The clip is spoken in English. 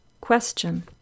Question